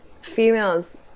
females